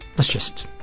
let's just,